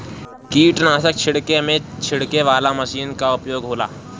कीटनाशक छिड़के में छिड़के वाला मशीन कअ उपयोग होला